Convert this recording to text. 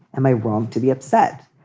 am i wrong to be upset?